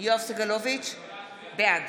בעד